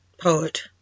poet